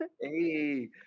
hey